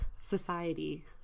society